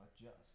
adjust